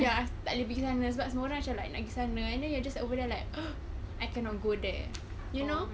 ya tak boleh pergi sana sebab semua orang macam like pergi sana and then you just over there like I cannot go there you know